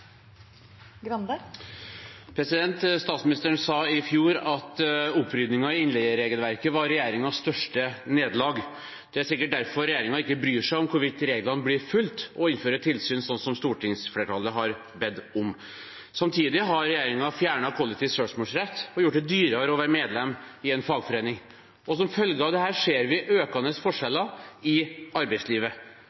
Statsministeren sa i fjor at oppryddingen i innleieregelverket var regjeringens største nederlag. Det er sikkert derfor regjeringen ikke bryr seg om hvorvidt reglene blir fulgt og innfører et tilsyn, sånn som stortingsflertallet har bedt om. Samtidig har regjeringen fjernet kollektiv søksmålsrett og gjort det dyrere å være medlem i en fagforening. Som følge av dette ser vi økende